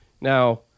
now